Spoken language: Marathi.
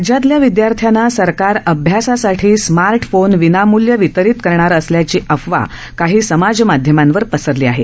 राज्यातल्या विदयार्थ्यांना सरकार अभ्यासासाठी स्मार्ट फोन विनामूल्य वितरित करणार असल्याची अफवा काही समाजमाध्यमांवर पसरली आहे